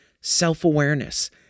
self-awareness